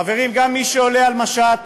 חברים, גם מי שעולה על משט